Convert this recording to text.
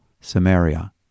Samaria